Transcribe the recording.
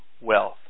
wealth